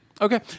Okay